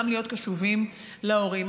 גם להיות קשובים להורים.